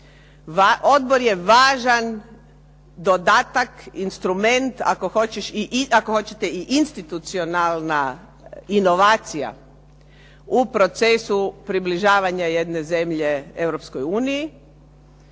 odbor je važan dodatak, instrument, ako hoćete i institucionalna inovacija u procesu približavanja jedne zemlje Europskoj uniji.